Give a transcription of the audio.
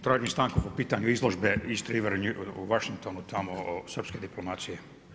Tražim stanku po pitanju izložbe East River u Washingtonu tamo srpske diplomacije.